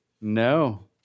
no